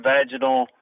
Vaginal